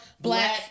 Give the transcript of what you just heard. Black